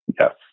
Yes